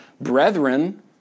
brethren